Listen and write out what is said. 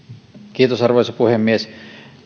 arvoisa puhemies